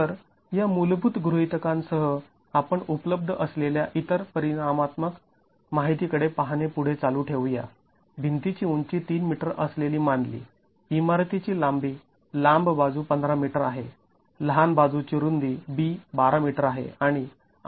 तर या मूलभूत गृहीतकांसह आपण उपलब्ध असलेल्या इतर परिणामात्मक माहितीकडे पाहणे पुढे चालू ठेवू या भिंतीची उंची ३ मीटर असलेली मानली इमारतीची लांबी लांब बाजू १५ मीटर आहे लहान बाजूची रुंदी B १२ मीटर आहे